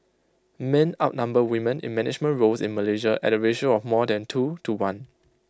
men outnumber women in management roles in Malaysia at A ratio of more than two to one